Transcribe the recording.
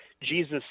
Jesus